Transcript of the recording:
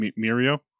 Mirio